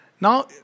now